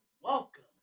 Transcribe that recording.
Welcome